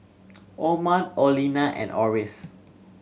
Amon Orlena and Oris